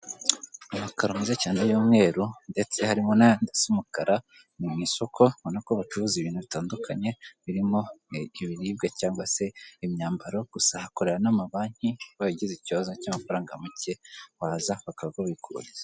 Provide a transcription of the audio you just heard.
Amakaro meza cyane ay'umweru ndetse harimo n'andi asa umukara. Ni mu isoko ubona ko bacuruza ibintu bitandukanye, birimo ibiribwa cyangwa se imyambaro, gusa hakorera n'amabanki, ubaye ugize ikibazo cy'amafaranga make waraza bakakubikuriza.